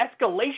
escalation